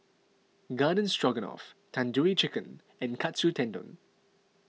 Garden Stroganoff Tandoori Chicken and Katsu Tendon